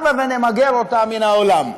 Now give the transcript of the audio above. הבה ונמגר אותה מן העולם.